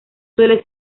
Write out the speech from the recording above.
suele